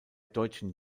deutschen